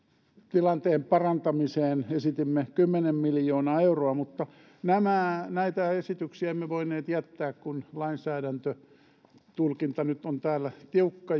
tilanteen parantamiseen esitimme kymmenen miljoonaa euroa mutta näitä esityksiä emme voineet jättää kun lainsäädäntötulkinta nyt on täällä tiukka